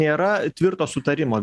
nėra tvirto sutarimo